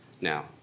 Now